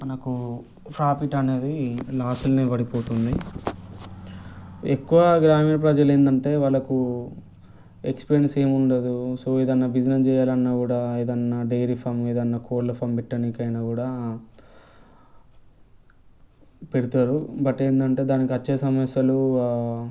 మనకు ప్రాఫిట్ అనేది లాస్ మీద పడిపోతుంది ఎక్కువ గ్రామీణ ప్రజలు ఏందంటే వాళ్లకు ఎక్స్పీరియన్స్ ఏమి ఉండదు సో ఏదైనా బిజినెస్ చేయాలన్నా కూడా ఏదన్నా డైరీ ఫామ్ ఏదన్నా కోళ్ల ఫామ్ పెట్టా నీకైనా కూడా పెడతారు బట్ ఏందంటే దానికి వచ్చే సమస్యలు